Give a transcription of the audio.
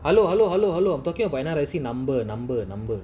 hello hello hello hello I'm talking about another I_C number number number